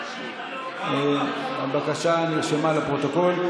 הבקשה נרשמה בפרוטוקול.